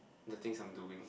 the things I'm doing